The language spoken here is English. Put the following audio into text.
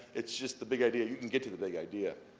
it's just the big idea. you can get to the big idea.